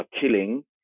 killing—